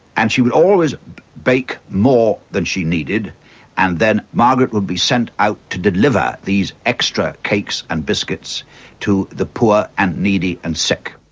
and she would always bake more than she needed and then margaret would be sent out to deliver these extra cakes and biscuits to the poor and needy and sick.